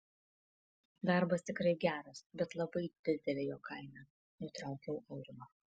darbas tikrai geras bet labai didelė jo kaina nutraukiau aurimą